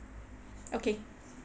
okay